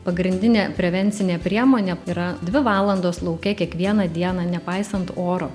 pagrindinė prevencinė priemonė yra dvi valandos lauke kiekvieną dieną nepaisant oro